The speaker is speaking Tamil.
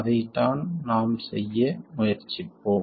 அதைத்தான் நாம் செய்ய முயற்சிப்போம்